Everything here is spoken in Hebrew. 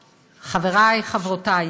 חברי, חברותי,